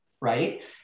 right